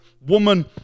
woman